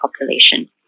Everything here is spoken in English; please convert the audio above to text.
population